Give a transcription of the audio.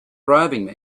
bribing